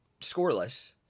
scoreless